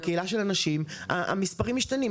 בקהילה של הנשים המספרים משתנים.